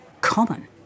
common